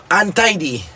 untidy